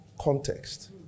context